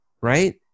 right